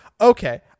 okay